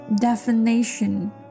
definition